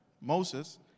Moses